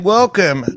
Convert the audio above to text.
welcome